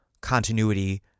continuity